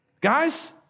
Guys